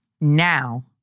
Now